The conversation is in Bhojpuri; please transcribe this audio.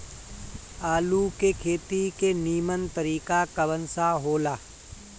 आलू के खेती के नीमन तरीका कवन सा हो ला?